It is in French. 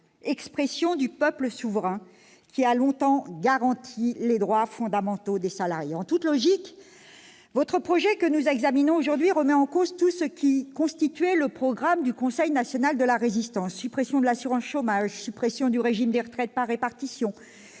expression du peuple souverain, qui a longtemps garanti les droits fondamentaux des salariés. En toute logique, le projet de loi que nous examinons remet en cause tout ce qui constituait le programme du Conseil national de la Résistance : suppression de l'assurance chômage, suppression du régime de retraites par répartition